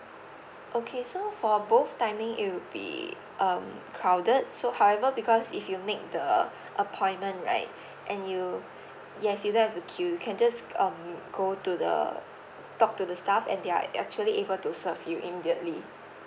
okay so for both timing it would be um crowded so however because if you make the appointment right and you yes you don't have to queue you can just um go to the talk to the staff and they're actually able to serve you immediately